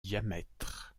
diamètre